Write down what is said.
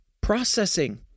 Processing